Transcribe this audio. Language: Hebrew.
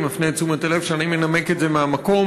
אני מפנה את תשומת הלב שאני מנמק את זה מהמקום,